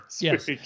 Yes